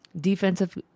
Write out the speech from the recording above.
Defensive